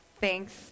Thanks